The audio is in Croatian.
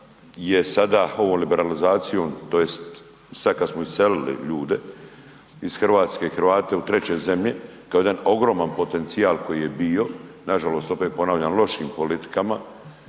sada ovom liberalizacijom tj. sada kada smo iselili ljude iz Hrvatske Hrvate u treće zemlje kao jedan ogroman potencijal koji je bio, nažalost opet ponavljam lošim politikama